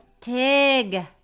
Tig